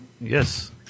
Yes